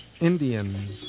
Indians